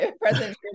President